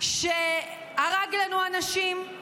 שהרג לנו אנשים,